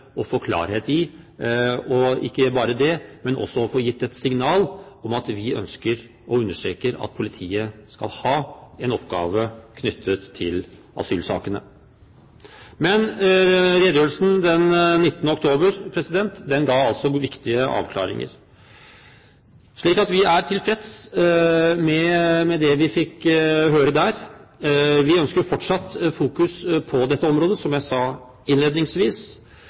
å få klarhet i – ikke bare det, men også få gitt et signal om at vi ønsker, og understreker, at politiet skal ha en oppgave knyttet til asylsakene. Men redegjørelsen den 19. oktober ga altså viktige avklaringer, så vi er tilfreds med det vi fikk høre der. Vi ønsker fortsatt fokus på dette området – som jeg sa innledningsvis.